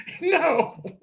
No